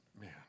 man